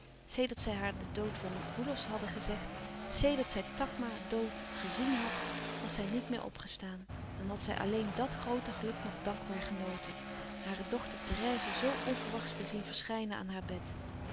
sedert zij haar den dood van roelofsz hadden gezegd sedert zij takma dood gezièn had was zij niet meer opgestaan en had zij alleen dàt groote geluk nog dankbaar genoten hare dochter therèse zoo onverwachts te zien verschijnen aan haar bed